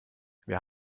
wir